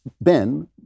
Ben